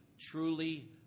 truly